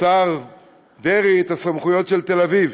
לשר דרעי את הסמכויות של תל-אביב,